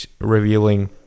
revealing